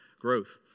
growth